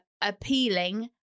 appealing